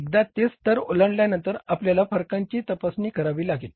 एकदा ते स्तर ओलांडल्यानंतर आपल्याला फरकांची तपासणी करावी लागेल